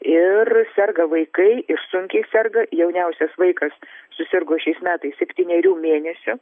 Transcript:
ir serga vaikai ir sunkiai serga jauniausias vaikas susirgo šiais metais septynerių mėnesių